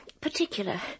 particular